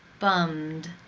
bummed.